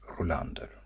Rolander